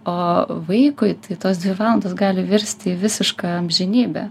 o vaikui tai tos dvi valandos gali virsti į visišką amžinybę